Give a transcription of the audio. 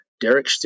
Derek